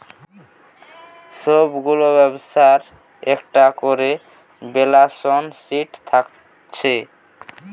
সব গুলা ব্যবসার একটা কোরে ব্যালান্স শিট থাকছে